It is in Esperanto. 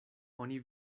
oni